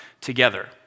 together